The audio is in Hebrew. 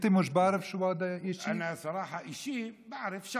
(אומר בערבית: אתה לא יודע איך אומרים "אישי"?) (אומר בערבית: בכנות,